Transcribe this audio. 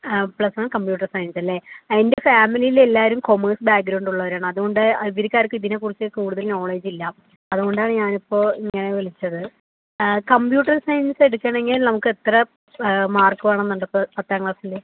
plus one computer സയൻസല്ലേ ആ എൻ്റെ ഫാമിലിയിലെല്ലാവരും കോമേഴ്സ് ബാക്ക്ഗ്രൗണ്ട് ഉള്ളവരാണ് അതുകൊണ്ട് ഇവർക്കാർക്കും ഇതിനെക്കുറിച്ച് കൂടുതൽ നോളഡ്ജ് ഇല്ല അതുകൊണ്ടാണ് ഞാനിപ്പോൾ ഇങ്ങനെ വിളിച്ചത് കമ്പ്യൂട്ടർ സയൻസ് എടുക്കണമെങ്കിൽ നമുക്കെത്ര മാർക്ക് വേണമെന്നുണ്ട് പത്താം ക്ലാസ്സില്